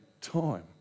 time